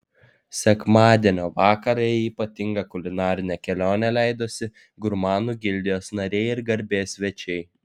sekmadienio vakarą į ypatingą kulinarinę kelionę leidosi gurmanų gildijos nariai ir garbės svečiai